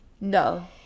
no